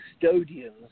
custodians